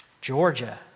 Georgia